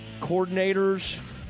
coordinators